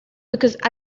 because